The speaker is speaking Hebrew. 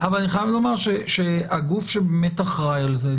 אבל אני חייב לומר שהגוף שאחראי על זה,